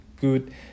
good